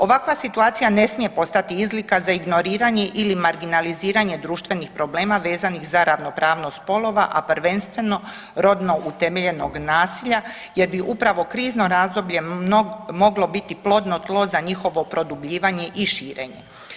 Ovakva situacija ne smije postati izlika za ignoriranje ili marginaliziranje društvenih problema vezanih za ravnopravnost spolova, a prvenstveno rodno utemeljenog nasilja jer bi upravo krizno razdoblje moglo biti plodno tlo za njihovo produbljivanje i širenje.